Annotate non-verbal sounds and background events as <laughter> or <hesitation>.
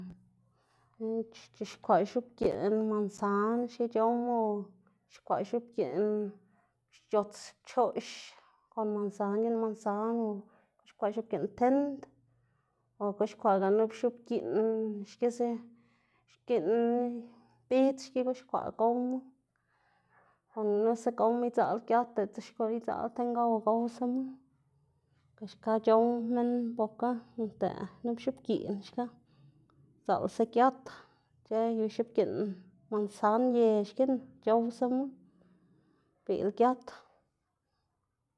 <hesitation> c̲h̲ixkwaꞌ x̱oꞌbgiꞌn mansan xki c̲h̲owma o c̲h̲ixkwaꞌ x̱oꞌb c̲h̲ots pchoꞌx kon mansan giꞌn mansan, o c̲h̲ixkwaꞌ x̱oꞌbgiꞌn tind o guxkwaꞌga nup x̱oꞌbgiꞌ xkisa giꞌn bidz xki guxkwaꞌga gowma, kon gunusa gowma idzaꞌl giat diꞌltsa xkuꞌn idzaꞌl ti ngow gowsama, xka c̲h̲ow minn bokga noꞌnda nup x̱obgiꞌn xka, sdzaꞌlsa giat ic̲h̲ë yu xoꞌbgiꞌn mansan y xki c̲h̲owsama xbiꞌl giat.